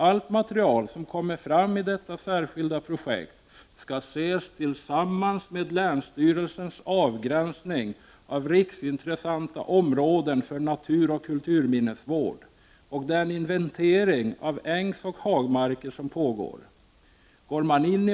Allt material som kommer fram vid detta särskilda projekt skall ses tillsammans med länsstyrelsens avgränsning av riksintressanta områden för naturoch kulturminnesvård och den inventering av ängsoch hagmarker som pågår.